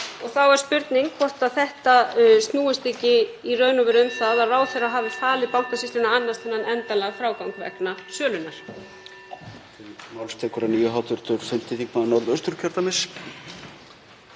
Þá er spurning hvort þetta snúist ekki í raun og veru um það að ráðherra hafi falið Bankasýslunni að annast þennan endanlega frágang vegna sölunnar.